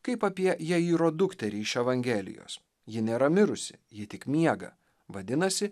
kaip apie jairo dukterį iš evangelijos ji nėra mirusi ji tik miega vadinasi